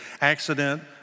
accident